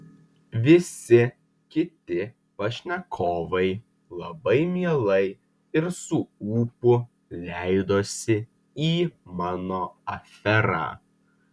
visi kiti pašnekovai labai mielai ir su ūpu leidosi į mano aferą